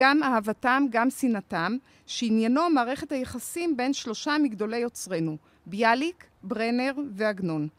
גם אהבתם, גם שנאתם, שעניינו מערכת היחסים בין שלושה מגדולי יוצרינו, ביאליק, ברנר ועגנון.